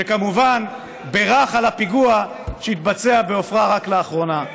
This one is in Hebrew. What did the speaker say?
שכמובן בירך על הפיגוע שהתבצע בעפרה רק לאחרונה.